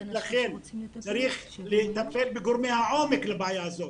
לכן צריך לטפל בגורמי העומק בבעיה הזאת.